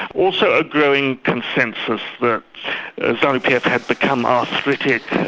also a growing consensus that zanu-pf had had become arthritic,